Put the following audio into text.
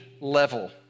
level